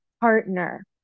partner